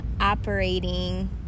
operating